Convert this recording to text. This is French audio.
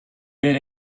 bel